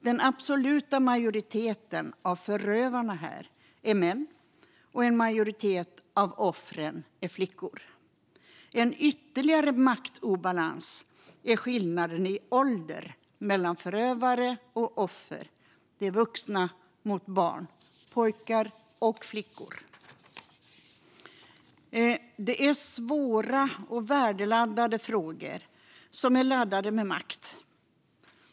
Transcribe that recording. Den absoluta majoriteten av förövarna här är män, och en majoritet av offren är flickor. En ytterligare maktobalans är skillnaden i ålder mellan förövare och offer. Det är vuxna mot barn, pojkar och flickor. Detta är svåra och värdeladdade frågor, och de är laddade med makt.